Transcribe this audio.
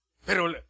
Pero